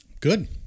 Good